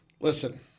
Listen